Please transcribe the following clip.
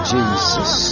Jesus